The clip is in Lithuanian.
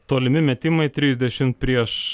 tolimi metimai trisdešim prieš